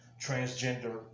transgender